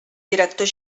director